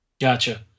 Gotcha